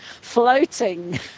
floating